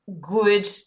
good